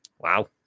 Wow